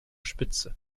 spitze